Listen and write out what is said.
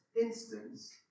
instance